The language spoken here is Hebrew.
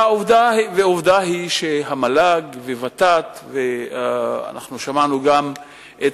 עובדה היא שהמל"ג, והות"ת, ושמענו גם את